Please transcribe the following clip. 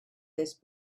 this